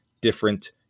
different